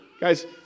Guys